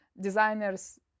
designers